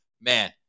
Man